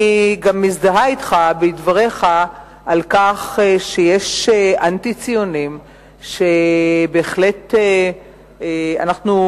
אני גם מזדהה אתך בדבריך על כך שיש אנטי-ציונים שבהחלט אנחנו,